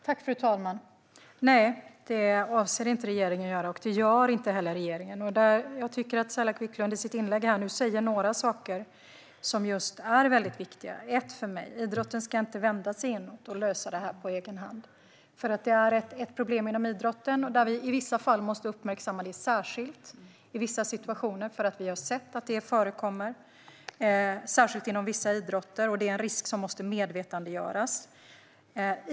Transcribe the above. Fru talman! Nej, det avser regeringen inte att göra, och det gör den heller inte. Jag tycker att Saila Quicklund i sitt inlägg säger några saker som är väldigt viktiga. Nummer ett för mig är att idrotten inte ska vända sig inåt och lösa detta på egen hand. Det här är ett problem inom idrotten, och i vissa fall och vissa situationer måste vi uppmärksamma detta särskilt för vi har sett att det förekommer, särskilt inom vissa idrotter. Det är en risk som måste medvetandegöras.